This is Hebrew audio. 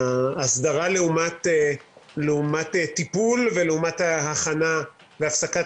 ההסדרה לעומת טיפול ולעומת ההכנה להפסקת